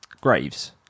Graves